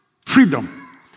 freedom